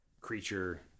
creature